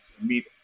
meet